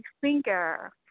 finger